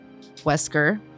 Wesker